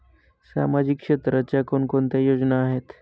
सामाजिक क्षेत्राच्या कोणकोणत्या योजना आहेत?